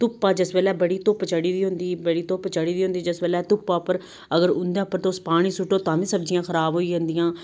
धुप्पा जिस बेल्लै बड़ी धुप्प चढ़ी दी होंदी बड़ी धुप्प चढ़ी दी होंदी जिस बेल्लै धुप्पा उप्पर अगर उं'दे उप्पर तुस पानी सुट्टे ताम्मी सब्जियां खराब होई जंदियां